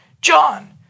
John